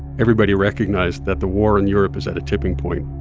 everybody recognized that the war in europe is at a tipping point.